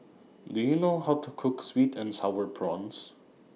Do YOU know How to Cook Sweet and Sour Prawns